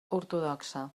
ortodoxa